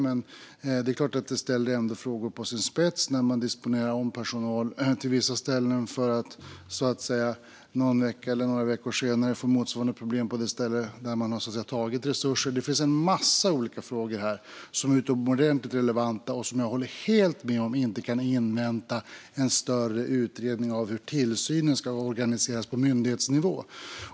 Men det är klart att det uppstår frågor och ställer saker på sin spets när man disponerar om personal till vissa ställen för att någon vecka eller några veckor senare få motsvarande problem på det ställe man tagit resurser ifrån. Det finns en massa olika frågor här som är utomordentligt relevanta. Jag håller helt med om att vi inte kan invänta en större utredning av hur tillsynen ska organiseras på myndighetsnivå.